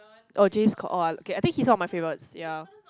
oh James-Cor~ oh K I think he's one of my favourites ya